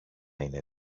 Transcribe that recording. είναι